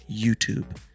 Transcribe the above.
YouTube